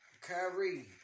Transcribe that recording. Kyrie